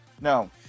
No